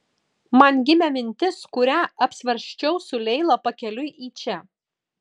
man gimė mintis kurią apsvarsčiau su leila pakeliui į čia